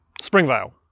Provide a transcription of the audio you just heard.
Springvale